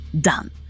done